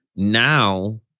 now